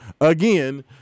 again